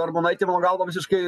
armonaitė mano galva visiškai